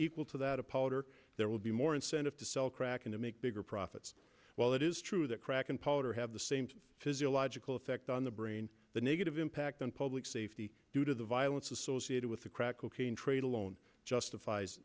equal to that apology or there will be more incentive to sell crack in to make bigger profits while it is true that crack and powder have the same physiological effect on the brain the negative impact on public safety due to the violence associated with the crack cocaine trade alone justifies